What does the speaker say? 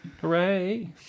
Hooray